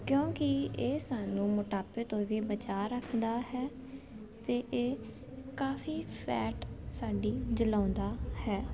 ਕਿਉਂਕਿ ਇਹ ਸਾਨੂੰ ਮੋਟਾਪੇ ਤੋਂ ਵੀ ਬਚਾ ਰੱਖਦਾ ਹੈ ਅਤੇ ਇਹ ਕਾਫ਼ੀ ਫੈਟ ਸਾਡੀ ਜਲਾਉਂਦਾ ਹੈ